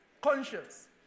Conscience